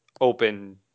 open